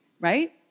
right